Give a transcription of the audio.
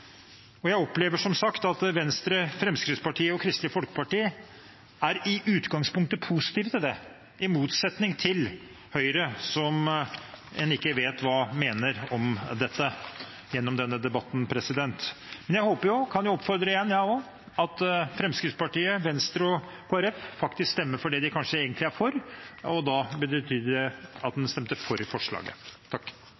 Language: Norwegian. Jeg opplever som sagt at Venstre, Fremskrittspartiet og Kristelig Folkeparti i utgangspunktet er positive til det, i motsetning til Høyre, som en ikke vet hva mener om dette gjennom denne debatten. Men jeg håper jo – og kan oppfordre igjen, jeg også – at Fremskrittspartiet, Venstre og Kristelig Folkeparti faktisk stemmer for det de kanskje egentlig er for, og da betyr det at